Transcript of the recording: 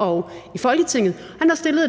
er i Folketinget